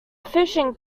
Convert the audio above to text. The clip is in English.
fishing